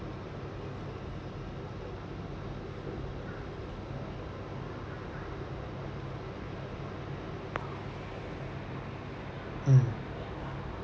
mm